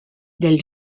del